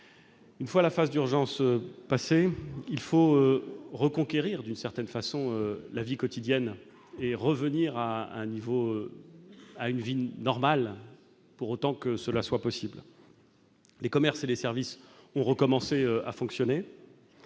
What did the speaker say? Une fois la phase d'urgence passée, il faut reconquérir, d'une certaine façon, la vie quotidienne et revenir à une vie normale, pour autant que cela soit possible. Les commerces et les services ont recommencé à fonctionner